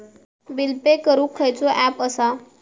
Bill pay करूक खैचो app असा?